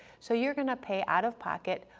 so you're gonna pay, out-of-pocket,